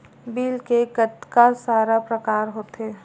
Bill के कतका सारा प्रकार होथे?